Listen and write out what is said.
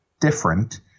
different